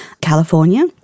California